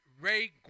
Ray